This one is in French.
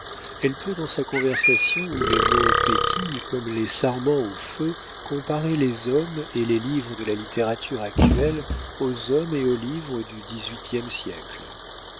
elle peut dans sa conversation où les mots pétillent comme les sarments au feu comparer les hommes et les livres de la littérature actuelle aux hommes et aux livres du dix-huitième siècle